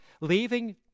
leaving